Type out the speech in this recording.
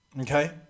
Okay